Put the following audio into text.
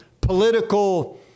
political